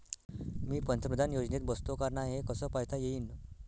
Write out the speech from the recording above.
मी पंतप्रधान योजनेत बसतो का नाय, हे कस पायता येईन?